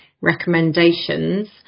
recommendations